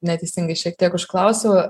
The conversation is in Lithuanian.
neteisingai šiek tiek užklausiau